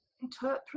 interpret